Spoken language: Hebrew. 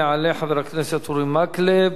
יעלה חבר הכנסת אורי מקלב,